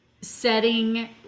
setting